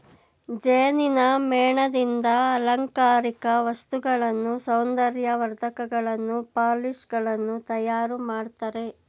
ಜೇನಿನ ಮೇಣದಿಂದ ಅಲಂಕಾರಿಕ ವಸ್ತುಗಳನ್ನು, ಸೌಂದರ್ಯ ವರ್ಧಕಗಳನ್ನು, ಪಾಲಿಶ್ ಗಳನ್ನು ತಯಾರು ಮಾಡ್ತರೆ